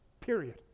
period